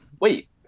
Wait